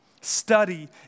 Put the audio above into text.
study